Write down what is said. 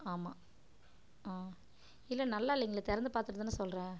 ஆமாம் இல்லை நல்லா இல்லைங்க திறந்து பார்த்துட்டு தான் சொல்கிறேன்